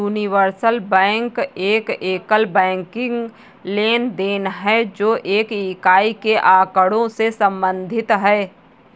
universal bank एक एकल banking लेनदेन है, जो एक इकाई के आँकड़ों से संबंधित है